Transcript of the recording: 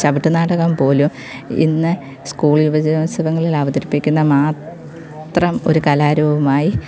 ചവിട്ടുനാടകം പോലും ഇന്ന് സ്കൂൾ യുവജനോത്സവങ്ങളിലവതരിപ്പിക്കുന്ന മാത്രം ഒരു കലാരൂപമായി